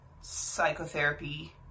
psychotherapy